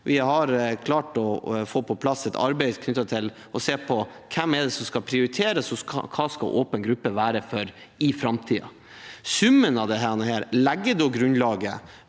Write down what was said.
Vi har klart å få på plass et arbeid knyttet til å se på hvem det er som skal prioriteres, og hva åpen gruppe skal være i framtiden. Summen av dette legger grunnlaget